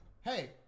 hey